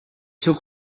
took